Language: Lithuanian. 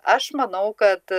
aš manau kad